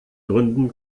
gründen